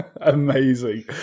amazing